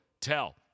tell